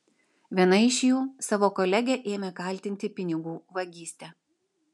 viena iš jų savo kolegę ėmė kaltinti pinigų vagyste